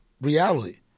reality